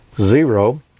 zero